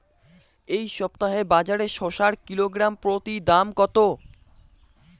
এই সপ্তাহে বাজারে শসার কিলোগ্রাম প্রতি দাম কত?